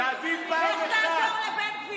לך תעזור לבן גביר.